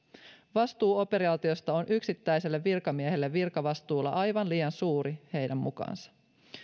vastuu operaatiosta on yksittäiselle virkamiehelle virkavastuulla aivan liian suuri heidän mukaansa